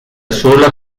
sola